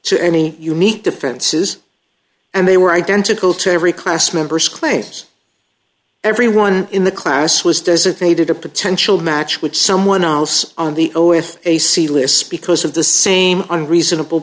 to any unique defenses and they were identical to every class members claims everyone in the class was designated a potential match which someone else on the a with a c list because of the same and reasonable